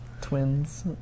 twins